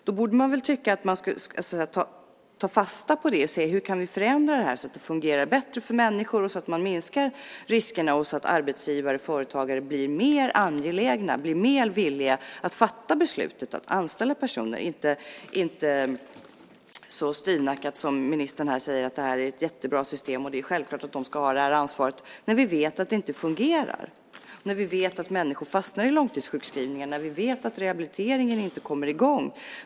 Då borde man väl ta fasta på det och undersöka hur man kan förändra det här så att det fungerar bättre för människor och så att riskerna minskas och arbetsgivare och företagare blir mer angelägna om, villiga, att fatta beslut om att anställa personer - detta i stället för att så styvnackat säga som ministern här gör: Det här är ett jättebra system. Det är självklart att arbetsgivarna ska ha det här ansvaret. Vi vet ju att det inte fungerar, att människor fastnar i långtidssjukskrivningar och att rehabiliteringen inte kommer i gång.